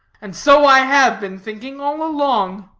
and so i have been thinking all along.